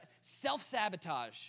self-sabotage